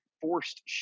forced